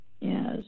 Yes